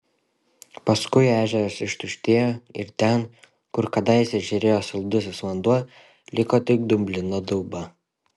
paskui ežeras ištuštėjo ir ten kur kadaise žėrėjo saldusis vanduo liko tik dumblina dauba